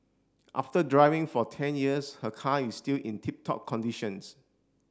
after driving for ten years her car is still in tip top conditions